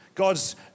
God's